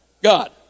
God